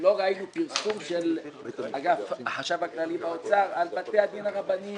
לא ראינו פרסום של אגף החשב הכללי באוצר על בתי הדין הרבניים.